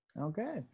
Okay